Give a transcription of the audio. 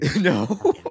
no